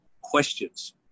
questions